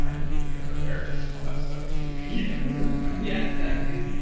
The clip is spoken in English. ah you need to go to a therapist and all that stuff and get your shit together yeah, exactly,